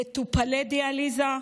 מטופלי דיאליזה,